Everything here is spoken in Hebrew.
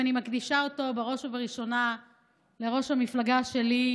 ואני מקדישה אותו בראש ובראשונה לראש המפלגה שלי,